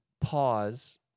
pause